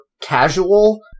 casual